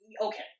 okay